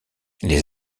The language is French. les